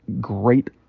great